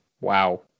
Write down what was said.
Wow